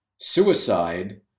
suicide